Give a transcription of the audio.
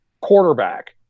quarterback